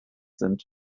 sind